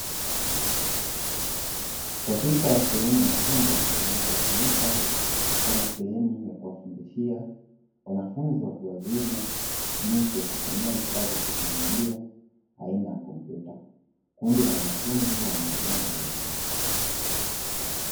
Katika sehemu ya chumba kinachotumika kama sehemu ya kuwafundishia wanafunzi watu wazima, jinsi ya kutumia vifaa vya teknolojia aina ya komputa, kundi la wanafunzi wanaendelea na zoezi hilo.